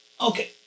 Okay